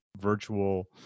virtual